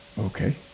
Okay